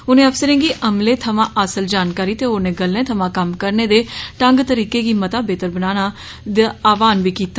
उनें अफसरें गी अमले थमां हासल जानकारी ते होरने गल्लें थमां कममक रने दे ढ़ंग तरीके गी मता बेह्तर बनाने दा बी आह्वान कीता